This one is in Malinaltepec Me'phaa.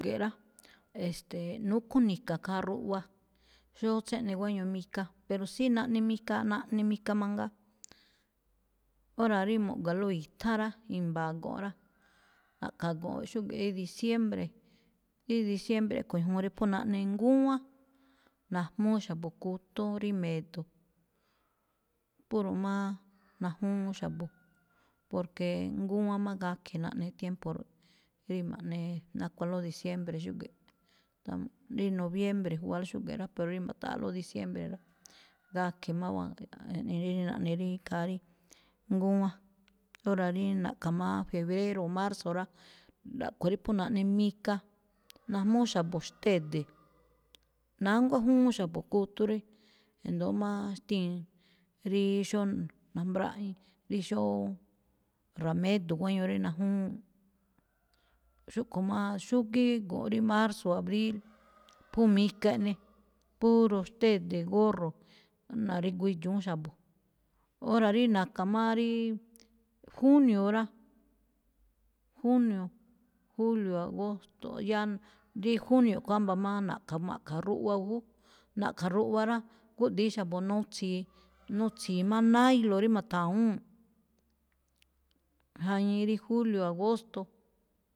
Xúge̱ꞌ rá, e̱ste̱e̱, núkhó ni̱ka̱ khaa ruꞌwa, xóó tséꞌne guéño mika, pero sí naꞌne mikaa, naꞌne mika mangaa. Ora̱ rí mu̱ꞌgua̱ló i̱tha̱án rá, i̱mba̱a̱ go̱nꞌ rá, na̱ꞌkha̱ go̱nꞌ xúge̱ꞌ rí diciembre, rí diciembre ꞌkhue̱ juun rí phú naꞌne ngúwán. najmúú xa̱bo̱ kutóon rí me̱do̱, puro má najúwúún xa̱bo̱, porque ngúwán má gakhe̱ naꞌne tiempo rúꞌkho̱, rí ma̱ꞌnee nakualóꞌ diciembre xúge̱ꞌ. Rí noviembre juwalóꞌ xúge̱ꞌ rá, pero rí ma̱ta̱ꞌa̱ꞌlóꞌ diciembre rá, gakhe̱ máwáa eꞌne rí naꞌne rí ikhaa rí ngúwán. Óra̱ rí na̱ꞌkha̱ má febrero, marzo rá, a̱ꞌkhue̱n rí phú naꞌne mika, najmúú xa̱bo̱ xtéde̱, nánguá júwúún xa̱bo̱ kutóon, rí e̱ndo̱ó má xtíin rí xóo nambráꞌii̱n, rí xóo ra̱médo̱ gueño rí najúwúu̱n. xúꞌkho̱ má xúgíí go̱nꞌ rí marzo, abril, phú mika eꞌne, puro xtéde̱ gorro na̱rigu idxu̱ún xa̱bo̱o. Óra̱ rí na̱ka̱ má ríí junio rá, junio, julio agosto, yáá. rí junio kho̱, ámba̱ má na̱ꞌkha̱ má ma̱ꞌkha̱ ruꞌwa júú. Na̱ꞌkha̱ ruꞌwa rá, gúꞌdi̱ín xa̱bo̱ nutsi̱i, nutsi̱i̱ má nailo rá ma̱tha̱wúu̱n, jañii rí julio, agosto.